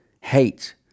hate